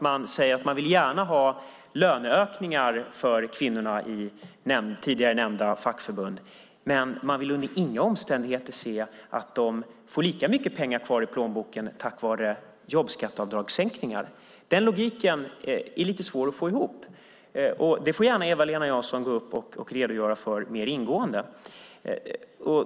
Man säger att man gärna vill ha löneökningar för kvinnorna i tidigare nämnda fackförbund, men man vill under inga omständigheter se att de får lika mycket pengar kvar i plånboken tack vare jobbskatteavdrag. Det är lite svårt att få ihop det. Det får gärna Eva-Lena Jansson gå upp och redogöra för mer ingående.